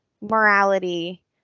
morality